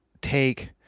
take